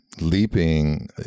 leaping